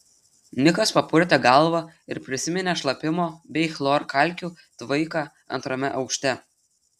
nikas papurtė galvą ir prisiminė šlapimo bei chlorkalkių tvaiką antrame aukšte